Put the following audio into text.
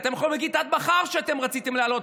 אתם יכולים להגיד עד מחר שאתם רציתם להעלות,